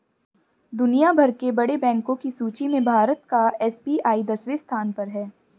दुनिया भर के बड़े बैंको की सूची में भारत का एस.बी.आई दसवें स्थान पर है